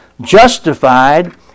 justified